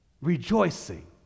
rejoicing